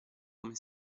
come